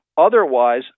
otherwise